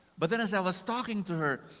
but then, as i was talking to her,